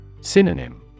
Synonym